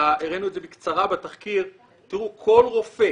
הראינו את זה בקצרה בתחקיר, כל רופא